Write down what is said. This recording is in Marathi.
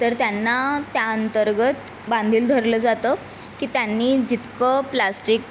तर त्यांना त्याअंतर्गत बांधील धरलं जातं की त्यांनी जितकं प्लास्टिक